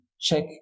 check